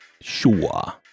Sure